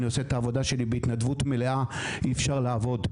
אני עושה את העבודה שלי בהתנדבות מלאה כי אי אפשר לעבוד,